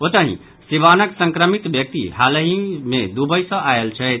ओतहि सीवानक संक्रमित व्यक्ति हालहि मे दुबई सँ आयल छथि